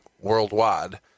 worldwide